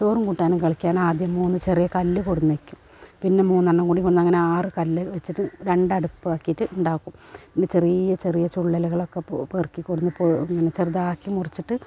ചോറും കൂട്ടാനും കളിയ്ക്കാനാദ്യം മൂന്നു ചെറിയ കല്ലു കൊണ്ടു വന്നു വെക്കും പിന്നെ മൂന്നെണ്ണം കൂടി അങ്ങനാറ് കല്ലു വെച്ചിട്ട് രണ്ടടുപ്പാക്കിയിട്ട് ഉണ്ടാക്കും പിന്നെ ചെറിയ ചെറിയ ചുള്ളെലുകളൊക്കെ പെറുക്കി കൊണ്ടു വന്നു പോ ഇങ്ങനെ ചെറുതാക്കി മുറിച്ചിട്ട്